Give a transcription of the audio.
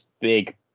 big